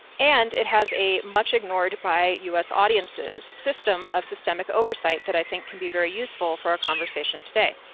and it has a much ignored by u s. audiences system of systemic oversight that i think can be very useful for our conversation today.